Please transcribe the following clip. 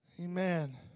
Amen